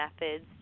methods